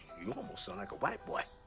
you almost sound like a white boy.